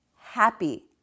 happy